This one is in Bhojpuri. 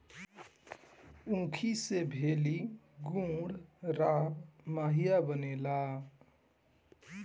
ऊखी से भेली, गुड़, राब, माहिया बनेला